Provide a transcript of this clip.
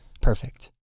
Perfect